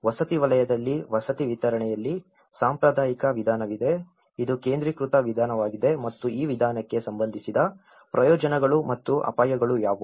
ವಸತಿ ವಲಯದಲ್ಲಿ ವಸತಿ ವಿತರಣೆಯಲ್ಲಿ ಸಾಂಪ್ರದಾಯಿಕ ವಿಧಾನವಿದೆ ಇದು ಕೇಂದ್ರೀಕೃತ ವಿಧಾನವಾಗಿದೆ ಮತ್ತು ಈ ವಿಧಾನಕ್ಕೆ ಸಂಬಂಧಿಸಿದ ಪ್ರಯೋಜನಗಳು ಮತ್ತು ಅಪಾಯಗಳು ಯಾವುವು